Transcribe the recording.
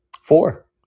Four